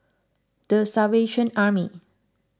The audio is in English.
the Salvation Army